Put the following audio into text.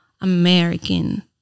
American